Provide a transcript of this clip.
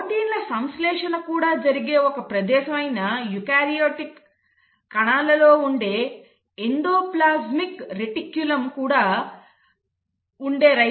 ప్రోటీన్ల సంశ్లేషణ కూడా జరిగే ఒక ప్రదేశం అయిన యూకారియోటిక్ కణాలలో ఉండే ఎండోప్లాస్మిక్ రెటిక్యులమ్పై కూడా ఉండే రైబోజోమ్లు ఉన్నాయి